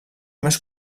més